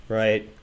right